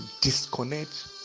disconnect